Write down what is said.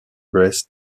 breast